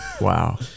Wow